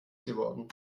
geworden